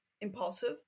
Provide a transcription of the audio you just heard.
impulsive